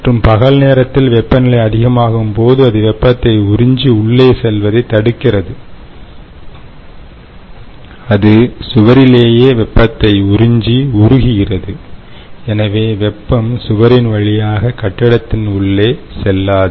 மற்றும் பகல் நேரத்தில் வெப்பநிலை அதிகமாகும்போது அது வெப்பத்தை உறிஞ்சி உள்ளே செல்வதைத் தடுக்கிறது அது சுவரிலேயே வெப்பத்தை உறிஞ்சி உருகுகிறது எனவே வெப்பம் சுவரின் வழியாக கட்டிடத்தின் உள்ளே செல்லாது